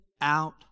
out